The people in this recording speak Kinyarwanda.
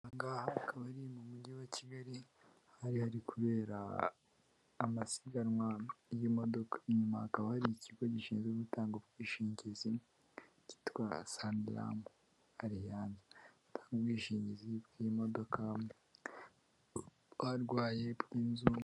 Aha hakaba ari mu mujyi wa Kigali, hari hari kubera amasiganwa y'imodoka, inyuma hakaba hari ikigo gishinzwe gutanga ubwishingizi cyitwa Sanlam, hariya batanga ubwishingizi bw'imodoka, barwaye, bw'inzu..